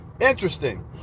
interesting